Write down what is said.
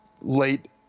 late